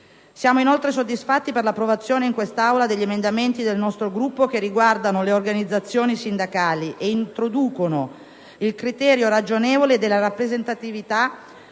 Siamo inoltre soddisfatti per l'approvazione in quest'Aula degli emendamenti presentati dal nostro Gruppo che riguardano le organizzazioni sindacali ed introducono il criterio ragionevole della rappresentatività